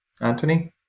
Anthony